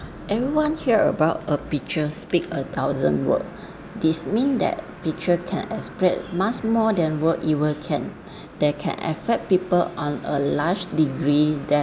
everyone hear about a picture speak a thousand words this mean that picture can express much more than word ever can that can affect people on a large degree than